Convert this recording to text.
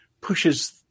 pushes